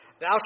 Thou